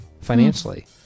financially